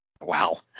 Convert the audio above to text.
Wow